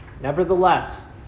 Nevertheless